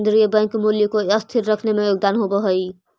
केन्द्रीय बैंक मूल्य को स्थिर रखने में योगदान देवअ हई